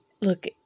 look